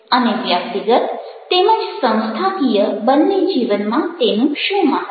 અને વ્યક્તિગત તેમજ સંસ્થાકીય બંને જીવનમાં તેનું શું મહત્વ છે